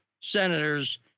senators